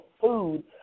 food